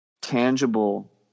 tangible